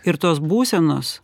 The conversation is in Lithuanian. ir tos būsenos